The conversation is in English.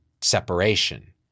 separation